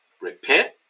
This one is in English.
repent